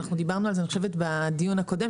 אני חושבת שדיברנו על זה גם בדיון הקודם,